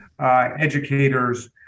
educators